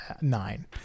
nine